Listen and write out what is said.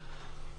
עצמם.